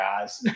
guys